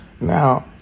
Now